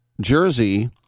jersey